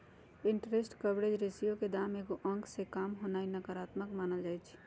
interest coverage ratio के दाम एगो अंक से काम होनाइ नकारात्मक मानल जाइ छइ